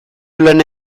lana